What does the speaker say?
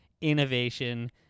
innovation